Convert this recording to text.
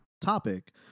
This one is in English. topic